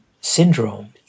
syndrome